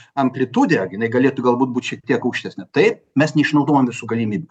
amplitudė jinai galėtų galbūt būt šiek tiek aukštesnė taip mes neišnaudojam visų galimybių